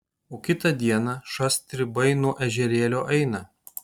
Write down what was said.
o kitą dieną šast stribai nuo ežerėlio eina